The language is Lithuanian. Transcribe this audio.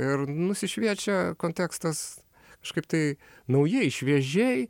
ir nusišviečia kontekstas kažkaip tai naujai šviežiai